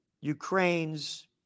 Ukraine's